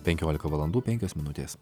penkiolika valandų penkios minutės